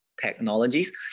Technologies